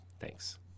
Thanks